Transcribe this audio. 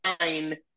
nine